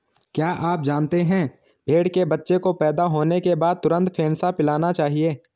क्या आप जानते है भेड़ के बच्चे को पैदा होने के बाद तुरंत फेनसा पिलाना चाहिए?